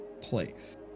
place